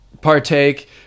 partake